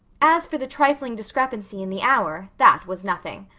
as for the trifling discrepancy in the hour, that was nothing.